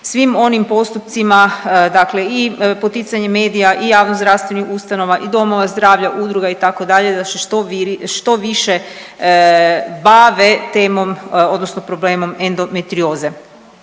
svim onim postupcima, dakle i poticanje medija i javnozdravstvenim ustanovama i domova zdravlja, udruga, itd., da se što više bave temom odnosno problemom endometrioze.